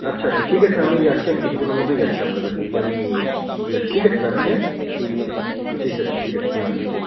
আচ্ছা আচ্ছা ঠিক আছে আমি যাচ্ছি আমি কিছুক্ষণের মধ্যেই যাচ্ছি আপনার কাছে গিয়ে আমি যাচ্ছি ঠিক আছে রাখছি হ্যাঁ ঠিক আছে ঠিক আছে হুম হুম হুম